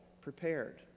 prepared